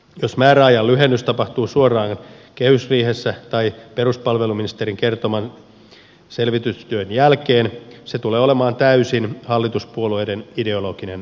jos määräajan lyhennys tapahtuu suoraan kehysriihessä tai peruspalveluministerin kertoman selvitystyön jälkeen se tulee olemaan täysin hallituspuolueiden ideologinen valinta